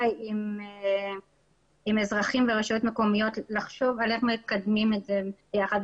עם אזרחים ורשויות מקומיות לחשוב על איך מקדמים את זה יחד.